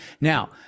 Now